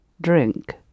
drink